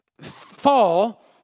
fall